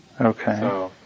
Okay